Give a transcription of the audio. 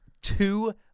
two